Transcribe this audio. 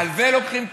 על זה לוקחים כסף?